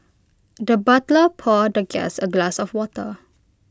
the butler poured the guest A glass of water